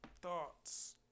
Thoughts